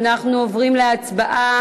אנחנו עוברים להצבעה